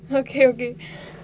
okay okay